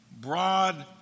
broad